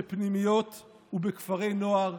בפנימיות ובכפרי נוער,